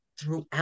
throughout